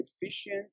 efficient